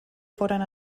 foren